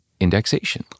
indexation